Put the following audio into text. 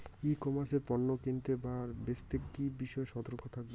ই commerce এ পণ্য কিনতে বা বেচতে কি বিষয়ে সতর্ক থাকব?